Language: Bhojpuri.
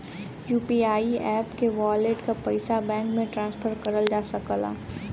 यू.पी.आई एप के वॉलेट क पइसा बैंक में ट्रांसफर करल जा सकला